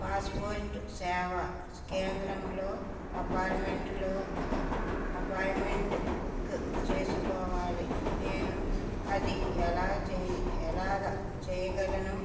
passport Seva కేంద్రంలో అపార్మెంట్లో appointment book చేసుకోవాలి నేను అది ఎలా చెయ్ ఎలాగ చెయ్యగలను